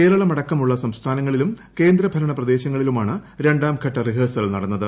കേരളമടക്കമുള്ള സംസ്ഥാനങ്ങളിലും കേന്ദ്രഭരണപ്രദേശങ്ങളിലുമാണ് രണ്ടാംഘട്ട റിഹേഴ്സൽ നടന്നത്